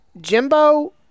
Jimbo